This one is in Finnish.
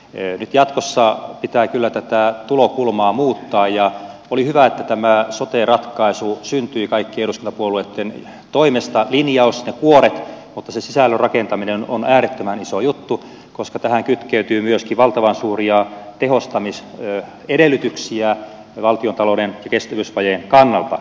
nyt jatkossa pitää kyllä tätä tulokulmaa muuttaa ja oli hyvä että tämä sote ratkaisu syntyi kaikkien eduskuntapuolueitten toimesta linjaus ja kuoret mutta se sisällön rakentaminen on äärettömän iso juttu koska tähän kytkeytyy myöskin valtavan suuria tehostamisedellytyksiä valtiontalouden kestävyysvajeen kannalta